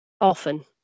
often